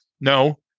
No